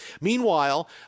Meanwhile